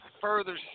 further